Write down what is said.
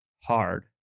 hard